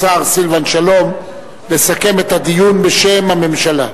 השר סילבן שלום, לסכם את הדיון בשם הממשלה.